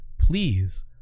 please